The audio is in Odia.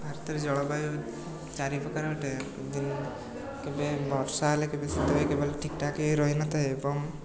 ଭାରତରେ ଜଳବାୟୁ ଚାରିପ୍ରକାର ଅଟେ କେବେ ବର୍ଷା ହେଲେ କେବେ ଶୀତ ହୋଇ କେବେ ଠିକଠାକ ହୋଇ ରହିନଥାଏ ଏବଂ